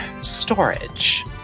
storage